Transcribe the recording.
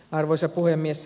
arvoisa puhemies